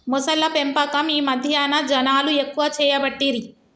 మొసళ్ల పెంపకం ఈ మధ్యన జనాలు ఎక్కువ చేయబట్టిరి